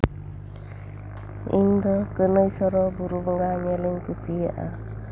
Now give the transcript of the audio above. ᱤᱧ ᱫᱚ ᱠᱟᱹᱱᱟᱹᱭ ᱥᱚᱨ ᱵᱩᱨᱩ ᱵᱚᱸᱜᱟ ᱧᱮᱞᱤᱧ ᱠᱩᱥᱤᱭᱟᱜᱼᱟ